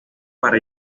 para